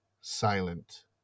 Silent